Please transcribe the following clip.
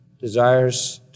desires